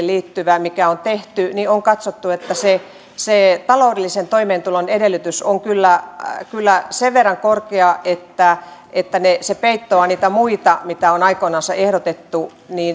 liittyvässä mikä on tehty on katsottu että se se taloudellisen toimeentulon edellytys on kyllä kyllä sen verran korkea että että se peittoaa niitä muita mitä on aikoinansa ehdotettu